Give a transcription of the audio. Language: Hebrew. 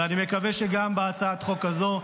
ואני מקווה שגם בהצעת החוק הזאת.